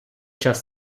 час